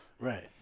Right